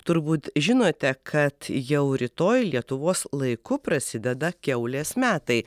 turbūt žinote kad jau rytoj lietuvos laiku prasideda kiaulės metai